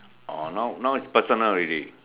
ah now now is personal already